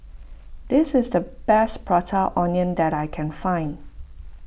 this is the best Prata Onion that I can find